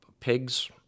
pigs